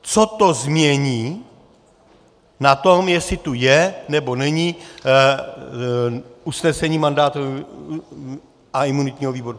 Co to změní na tom, jestli tu je, nebo není usnesení mandátového a imunitního výboru?